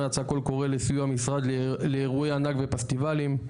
יצא קול קורא סביב המשרד לאירועי ענק ופסטיבלים,